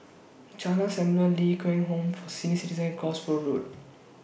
Jalan Samulun Ling Kwang Home For Senior Citizens Cosford Road